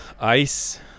ice